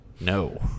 No